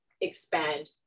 expand